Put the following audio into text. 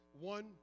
one